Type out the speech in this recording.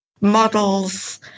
models